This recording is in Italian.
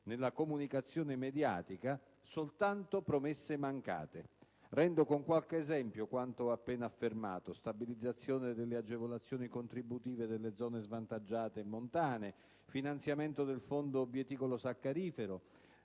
nella comunicazione mediatica, soltanto promesse mancate. Rendo con qualche esempio quanto ho appena affermato: stabilizzazione delle agevolazioni contributive delle zone svantaggiate e montane; finanziamento del fondo bieticolo-saccarifero;